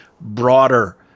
broader